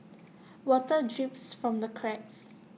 water drips from the cracks